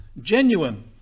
genuine